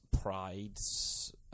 Pride's